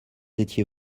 étiez